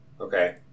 Okay